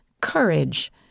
courage